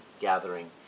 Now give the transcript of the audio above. gathering